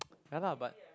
ya lah but